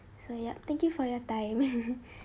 so yup thank you for your time